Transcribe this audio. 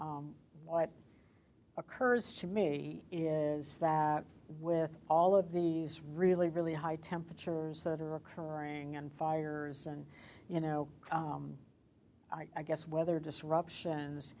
so what occurs to me is that with all of these really really high temperatures that are occurring and fires and you know i guess weather disruptions